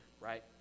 right